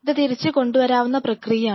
ഇത് തിരിച്ചു കൊണ്ടുവരാവുന്ന പ്രക്രിയയാണ്